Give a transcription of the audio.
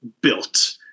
built